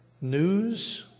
news